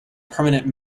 permanent